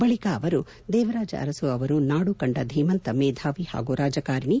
ಬಳಿಕ ಅವರು ದೇವರಾಜು ಅರಸು ಅವರು ನಾಡು ಕಂಡ ಧೀಮಂತ ಮೇಧಾವಿ ಹಾಗೂ ರಾಜಕಾರಣಿ